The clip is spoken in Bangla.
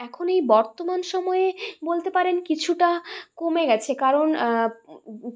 এখন এই বর্তমান সময়ে বলতে পারেন কিছুটা কমে গেছে কারণ